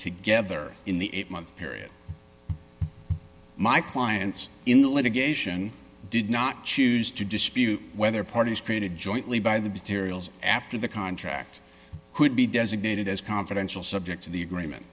together in the eight month period my clients in the litigation did not choose to dispute whether parties created jointly by the b terrell's after the contract could be designated as confidential subject to the agreement